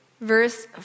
Verse